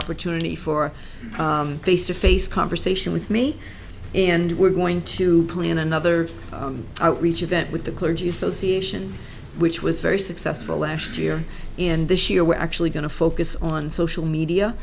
opportunity for face to face conversation with me and we're going to plan another outreach event with the clergy association which was very successful last year and this year we're actually going to focus on social media